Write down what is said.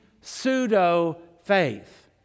pseudo-faith